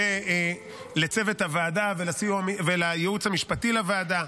-- ולצוות הוועדה ולייעוץ המשפטי לוועדה,